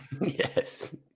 Yes